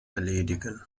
erledigen